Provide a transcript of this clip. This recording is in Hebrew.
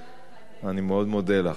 אני מאוד מודה לך.